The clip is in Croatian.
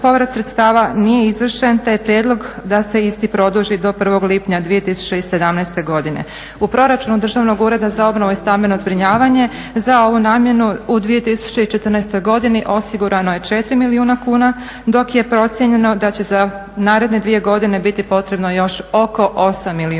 povrat sredstava nije izvršen te je prijedlog da se isti produži do 1. lipnja 2017. godine. U proračunu Državnog ureda za obnovu i stambeno zbrinjavanje za ovu namjenu u 2014. godini osigurano je 4 milijuna kuna, dok je procijenjeno da će za naredne dvije godine biti potrebno još oko 8 milijuna